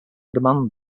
demand